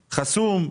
חסום,